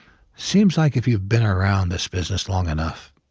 seems like if you've been around this business long enough,